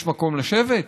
יש מקום לשבת?